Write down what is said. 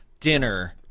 Dinner